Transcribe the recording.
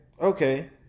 okay